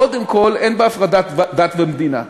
קודם כול, אין בה הפרדת דת ומדינה,